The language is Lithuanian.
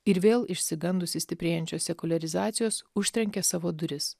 ir vėl išsigandusi stiprėjančios sekuliarizacijos užtrenkė savo duris